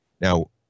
now